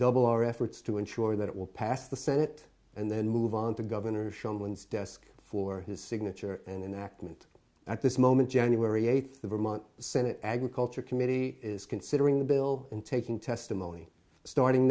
redouble our efforts to ensure that it will pass the senate and then move on to governor showmance desk for his signature and then act meant at this moment january eighth the vermont senate agriculture committee is considering the bill and taking testimony starting